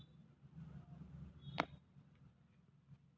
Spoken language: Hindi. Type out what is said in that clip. सांवा की खेती अब लगभग समाप्ति के कगार पर है